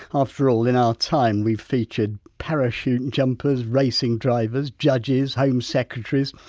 after all, in our time, we've featured parachute jumpers, racing drivers, judges, home secretaries,